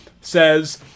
says